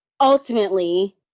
Ultimately